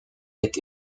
est